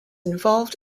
involved